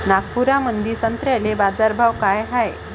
नागपुरामंदी संत्र्याले बाजारभाव काय हाय?